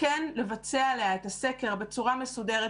כן לבצע עליה את הסקר בצורה מסודרת.